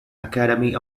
academy